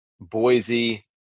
Boise